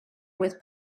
with